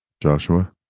joshua